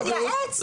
מבקשים מכם להתייעץ.